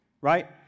right